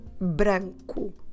branco